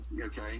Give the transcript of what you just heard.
Okay